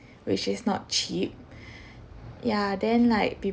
which is not cheap ya then like people's